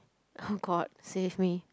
oh god save me